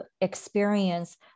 experience